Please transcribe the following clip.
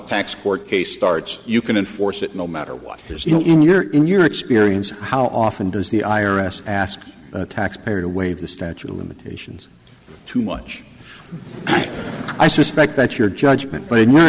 tax court case starts you can enforce it no matter what there's you know in your in your experience how often does the i r s ask a taxpayer to wait statute of limitations too much i suspect that's your judgment but in your